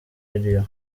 radiyo